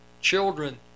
children